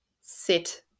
sit